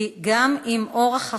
כי גם אם אורח החיים,